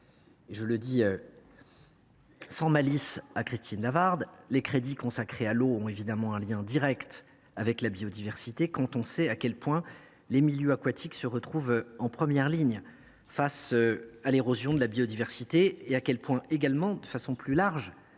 Je le dis sans malice à Christine Lavarde, les crédits consacrés à l’eau ont évidemment un lien direct avec la biodiversité ; on sait en effet combien les milieux aquatiques sont en première ligne face à l’érosion de la biodiversité. De façon plus large,